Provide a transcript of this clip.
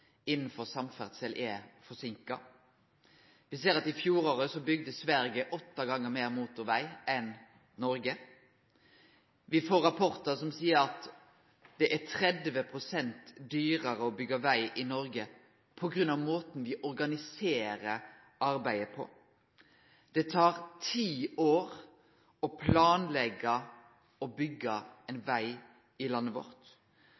innanfor samferdsel er forsinka. Me ser at i fjor bygde Sverige åtte gongar meir motorveg enn Noreg. Me får rapportar som seier at det er 30 pst. dyrare å byggje veg i Noreg, på grunn av måten me organiserer arbeidet på. Det tar ti år å planleggje og byggje ein veg i landet vårt.